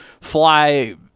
fly